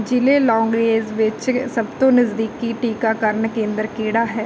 ਜ਼ਿਲ੍ਹੇ ਲੌਂਗਲੇਂਜ਼ ਵਿੱਚ ਸਭ ਤੋਂ ਨਜ਼ਦੀਕੀ ਟੀਕਾਕਰਨ ਕੇਂਦਰ ਕਿਹੜਾ ਹੈ